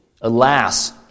Alas